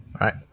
right